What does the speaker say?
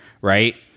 right